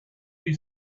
you